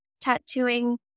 tattooing